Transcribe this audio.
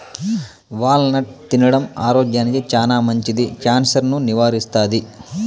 wall నట్ తినడం ఆరోగ్యానికి చానా మంచిది, క్యాన్సర్ ను నివారిస్తాది